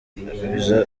viza